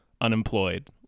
unemployed